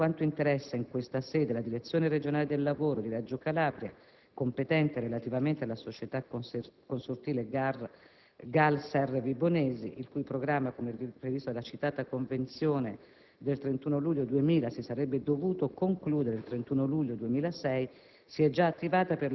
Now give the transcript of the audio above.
In particolare, per quanto interessa in questa sede, la direzione regionale del lavoro di Reggio Calabria, competente relativamente alla società consortile G.A.L. Serre Vibonesi, il cui programma, come previsto dalla citata convenzione del 31 luglio 2000, si sarebbe dovuto concludere il 31 luglio 2006,